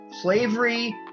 slavery